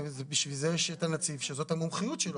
בשביל זה יש הנציב שזאת המומחיות שלו,